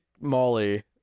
molly